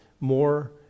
more